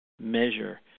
measure